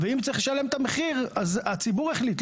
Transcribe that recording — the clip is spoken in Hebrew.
ואם צריך לשלם את המחיר אז הציבור החליט,